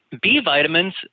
B-vitamins